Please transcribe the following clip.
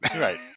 right